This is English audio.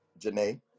Janae